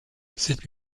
sept